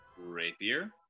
Rapier